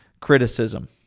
criticism